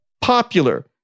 popular